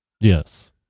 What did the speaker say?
yes